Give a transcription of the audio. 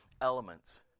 elements